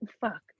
Fuck